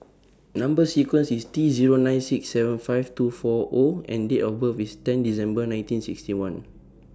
Number sequence IS T Zero nine six seven five two four O and Date of birth IS ten December nineteen sixty one